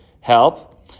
help